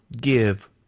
give